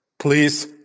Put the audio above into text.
Please